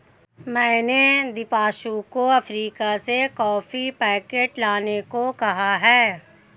मैंने दीपांशु को अफ्रीका से कॉफी पैकेट लाने को कहा है